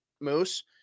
moose